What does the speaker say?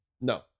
No